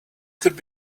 could